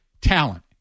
talent